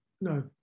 No